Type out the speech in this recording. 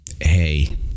Hey